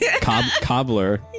Cobbler